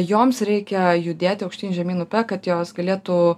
joms reikia judėti aukštyn žemyn upe kad jos galėtų